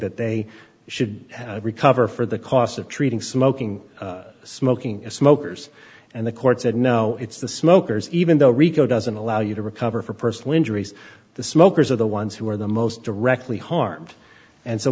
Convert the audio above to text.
that they should recover for the cost of treating smoking smoking as smokers and the court said no it's the smokers even though rico doesn't allow you to recover for personal injuries the smokers are the ones who are the most directly harmed and so